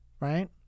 right